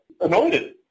anointed